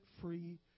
free